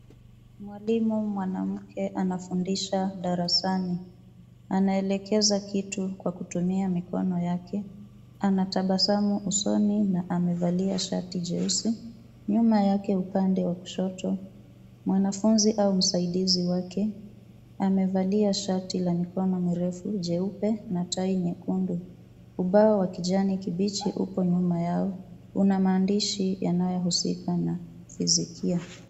Mwalimu mwanamke anafundisha darasani. Anaelekeza kitu kwa kutumia mkono yake. Ana tabasamu usoni na amevalia shati jeusi. Nyuma yake upande wa kushoto mwanafunzi au msaidizi wake amevalia shati la mikono mirefu jeupe na tai nyekundu. Ubao wa kjani kibichi upo nyuma yao. Una maandishi unaohusika na fizikia.